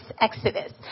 Exodus